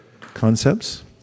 concepts